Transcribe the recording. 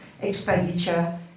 expenditure